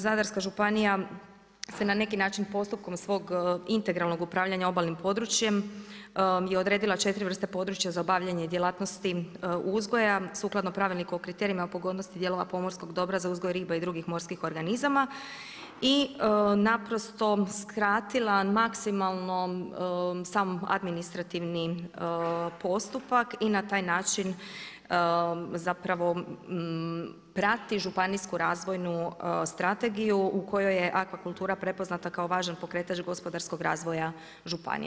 Zadarska županija se na neki način postupkom svog integralnog upravljanja obalnim područjem je odredila četiri vrsta područja za obavljanje djelatnosti uzgoja sukladno Pravilniku o kriterijima pogodnosti dijelova pomorskog dobra za uzgoj riba i drugih morskih organizama i naprosto skratila maksimalno sam administrativni postupak i na taj način prati županijsku razvojnu strategiju u kojoj je akvakultura prepoznata kao važan pokretač gospodarskog razvoja županije.